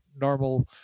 normal